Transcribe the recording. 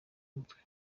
umutwe